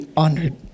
honored